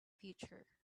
future